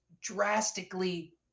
drastically